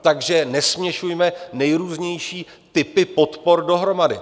Takže nesměšujme nejrůznější typy podpor dohromady.